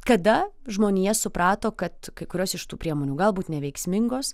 kada žmonija suprato kad kai kurios iš tų priemonių galbūt neveiksmingos